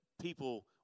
people